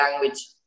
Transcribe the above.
language